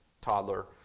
toddler